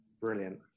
Brilliant